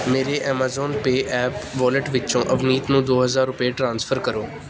ਮੇਰੇ Amazon pay app wallet ਵਿੱਚੋਂ ਅਵਨੀਤ ਨੂੰ ਦੋ ਹਜ਼ਾਰ ਰੁਪਏ ਟ੍ਰਾਂਸਫਰ ਕਰੋ